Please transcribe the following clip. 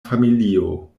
familio